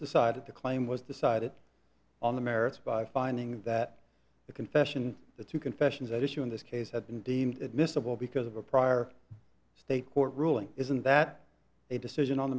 decided the claim was decided on the merits by finding that the confession that you confessions at issue in this case had been deemed admissible because of a prior state court ruling isn't that a decision on the